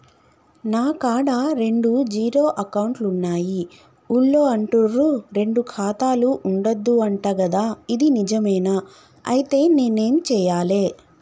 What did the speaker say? నా కాడా రెండు జీరో అకౌంట్లున్నాయి ఊళ్ళో అంటుర్రు రెండు ఖాతాలు ఉండద్దు అంట గదా ఇది నిజమేనా? ఐతే నేనేం చేయాలే?